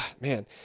man